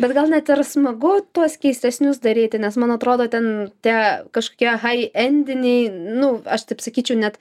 bet gal net ir smagu tuos keistesnius daryti nes man atrodo ten tie kažkokie hai endiniai nu aš taip sakyčiau net